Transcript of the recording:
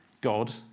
God